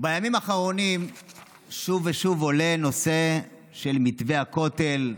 בימים האחרונים שוב ושוב עולה הנושא של מתווה הכותל,